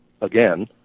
again